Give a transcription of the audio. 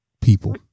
people